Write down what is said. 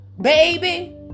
baby